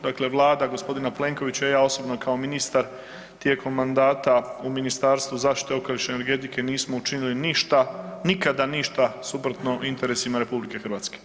Dakle, vlada g. Plenkovića i ja osobno kao ministar tijekom mandata u Ministarstvu zaštite okoliša i energetike nismo učinili ništa, nikada ništa suprotno interesima RH.